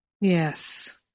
Yes